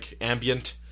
ambient